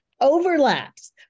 overlaps